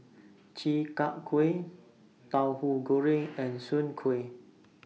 Chi Kak Kuih Tauhu Goreng and Soon Kuih